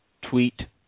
Tweet